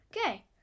Okay